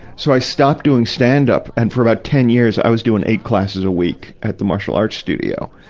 so i stopped doing stand-up, and for about ten years i was doing eight classes a week at the marshall arts studio.